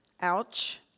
Ouch